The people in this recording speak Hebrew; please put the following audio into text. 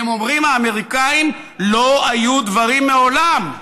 והם אומרים, האמריקנים: לא היו דברים מעולם,